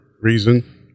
reason